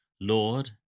Lord